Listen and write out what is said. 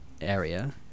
area